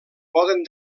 poden